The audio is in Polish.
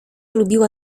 lubiła